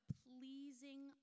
pleasing